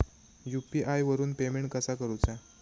UPI वरून payment कसा करूचा?